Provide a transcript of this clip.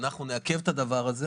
ואנחנו נעכב את הדבר הזה.